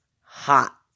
hot